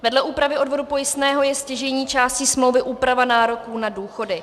Vedle úpravy odvodu pojistného je stěžejní částí smlouvy úprava nároků na důchody.